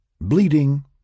bleeding